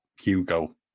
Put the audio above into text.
Hugo